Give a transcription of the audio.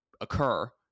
occur –